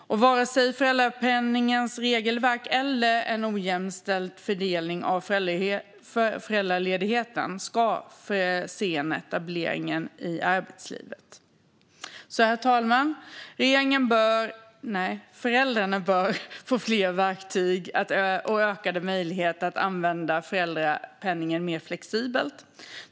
Varken föräldrapenningens regelverk eller en ojämställd fördelning av föräldraledigheten ska försena etableringen i arbetslivet. Herr talman! Föräldrarna bör få fler verktyg och ökade möjligheter att använda föräldrapenningen mer flexibelt.